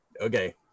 Okay